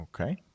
Okay